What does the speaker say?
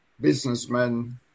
businessmen